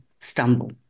stumble